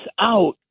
out